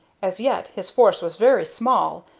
as yet his force was very small,